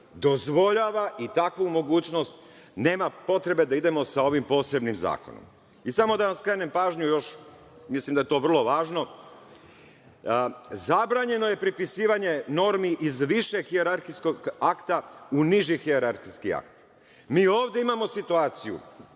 dozvoljava i takvu mogućnost, nema potrebe da idemo sa ovim posebnim zakonom. Samo da vam skrenem pažnju još, mislim da je to vrlo važno, zabranjeno je prepisivanje normi iz više hijerarhijskog akta u niži hijerarhijski akt. Mi ovde imamo situaciju